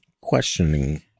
questioning